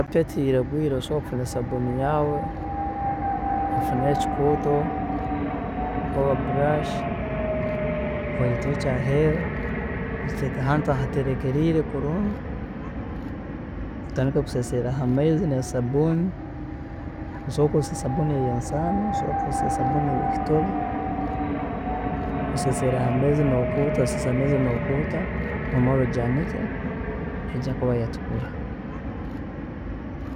Carpet eyeiragwiire osobola kufuna sabuuni yaawe, ofuneyo ekikuuto oba brush, ogiturukye aheeru, ogiteke ahantu ahatereekeriire kulungi, otandike kuseeseraho amaizi nesabuuni, osobola kukozesa esabuuni eyensaano, osobola kukozesa esabuuni eyeekitole, oseesereho amizi nokuuta, oseesereho amaizi nokuuta, omare ojyaanike, neija kuba yatukura.